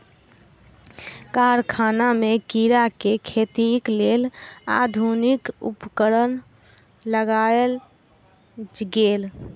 कारखाना में कीड़ा के खेतीक लेल आधुनिक उपकरण लगायल गेल